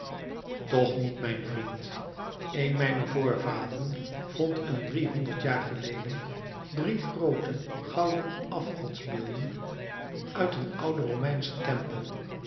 toch niet mijn vriend een mijner voorvaderen vond een driehonderd jaar geleden drie groote gouden afgodsbeelden uit een ouden romeinschen tempel